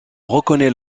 reconnaît